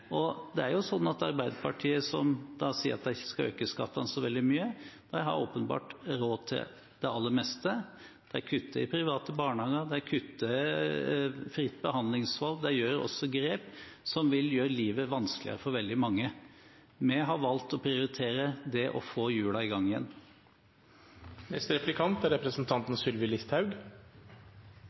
Arbeiderpartiet, som sier at de ikke skal øke skattene så veldig mye, har åpenbart råd til det aller meste. De kutter til private barnehager, de kutter fritt behandlingsvalg, de gjør også grep som vil gjøre livet vanskeligere for veldig mange. Vi har valgt å prioritere det å få hjulene i gang igjen. Maritim næring er